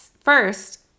first